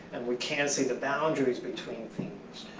and we can't see the boundaries between things.